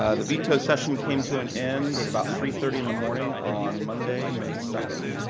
ah the veto session came to an end at about three thirty in the morning on monday, may, second.